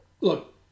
Look